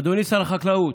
אדוני שר החקלאות,